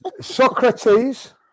Socrates